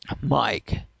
Mike